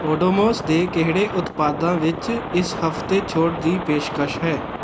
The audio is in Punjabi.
ਓਡੋਮੋਸ ਦੇ ਕਿਹੜੇ ਉਤਪਾਦਾਂ ਵਿੱਚ ਇਸ ਹਫ਼ਤੇ ਛੋਟ ਦੀ ਪੇਸ਼ਕਸ਼ ਹੈ